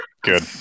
Good